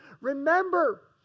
Remember